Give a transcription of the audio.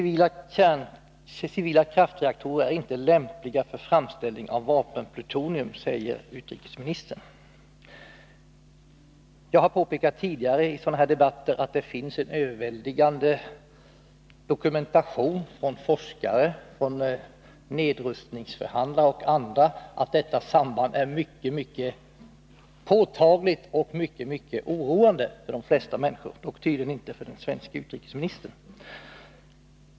Civila kraftreaktorer är inte lämpliga för framställning av vapenplutonium, säger utrikesministern. Jag har tidigare i sådana debatter påpekat att det finns en överväldigande dokumentation från forskare, nedrustningsförhandlare och andra om att detta samband är mycket påtagligt och mycket oroande för de flesta människor — dock tydligen inte för den svenske utrikesministern.